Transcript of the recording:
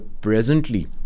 presently